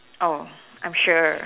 oh I'm sure